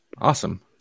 Awesome